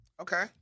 okay